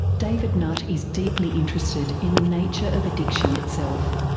david nutt is deeply interested in the nature of addiction itself,